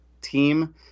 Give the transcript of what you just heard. team